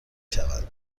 شوند